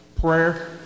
prayer